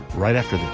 right after